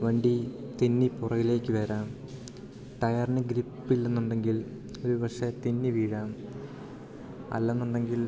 വണ്ടി തെന്നി പുറകിലേക്ക് വരാം ടയറിന് ഗ്രിപ്പില്ലെന്നുണ്ടെങ്കിൽ ഒരു പക്ഷേ തെന്നി വീഴാം അല്ലെന്നുണ്ടെങ്കിൽ